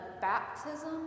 baptism